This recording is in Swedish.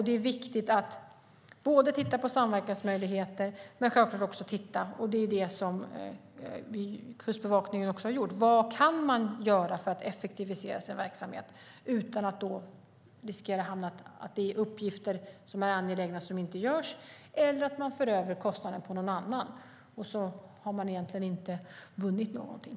Det är viktigt att titta på både samverkansmöjligheter och vad man kan göra, just det som Kustbevakningen har gjort, för att effektivisera sin verksamhet utan att riskera att hamna i en situation att angelägna uppgifter inte görs eller att kostnaderna förs över på någon annan. Då har man egentligen inte vunnit någonting.